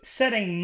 setting